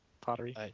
pottery